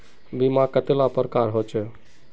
बीमा कतेला प्रकारेर होचे?